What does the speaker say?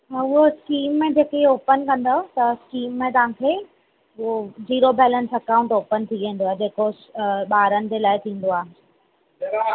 हा उहो स्कीम में जेके ओपन कंदव त स्कीम में तव्हांखे उहो जीरो बैलेंस अकाउंट ओपन थी वेंदो जेको ॿारनि जे लाइ थींदो आहे